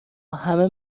همه